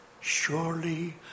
Surely